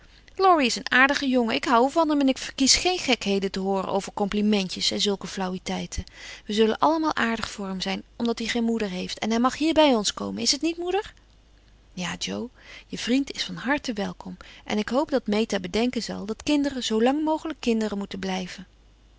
laurie is een aardige jongen ik houd van hem en ik verkies geen gekheden te hooren over complimentjes en zulke flauwiteiten we zullen allemaal aardig voor hem zijn omdat hij geen moeder heeft en hij mag hier bij ons komen is t niet moeder ja jo je vriend is van harte welkom en ik hoop dat meta bedenken zal dat kinderen zoolang mogelijk kinderen moeten blijven